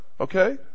okay